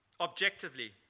Objectively